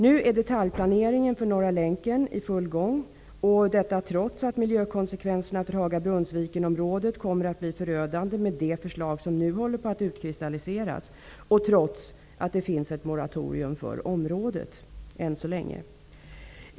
Nu är detaljplaneringen för Norra länken i full gång, trots att miljökonsekvenserna för Haga-- Brunnsviken-området kommer att bli förödande med det förslag som nu håller på att utkristalliseras och trots att det än så länge finns ett moratorium för området.